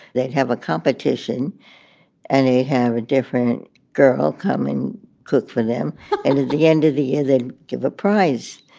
they'd have a competition and they have a different girl come and cook for them. and at the end of the year, they give a prize